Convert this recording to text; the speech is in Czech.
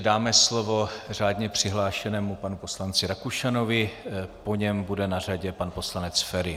Dáme slovo řádně přihlášenému panu poslanci Rakušanovi, po něm bude na řadě pan poslanec Feri.